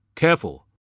careful